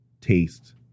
taste